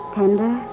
tender